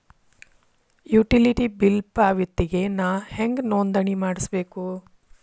Utility bill ಪಾವತಿಗೆ ನಾ ಹೆಂಗ್ ನೋಂದಣಿ ಮಾಡ್ಸಬೇಕು?